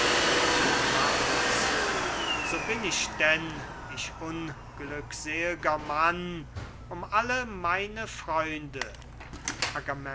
so bin ich denn ich unglücksel'ger mann um alle meine freunde